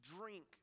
drink